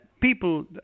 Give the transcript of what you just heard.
people